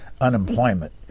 unemployment